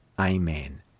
Amen